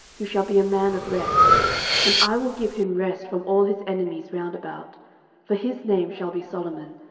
who shall be a man of rest and i will give him rest from all his enemies round about for his name shall be solomon,